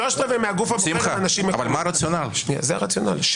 זה הרציונל.